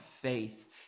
faith